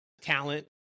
talent